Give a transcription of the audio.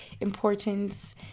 importance